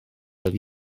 ydy